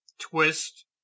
twist